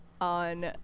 on